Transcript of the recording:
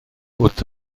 wrth